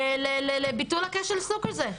לביטול כשל השוק הזה.